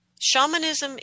Shamanism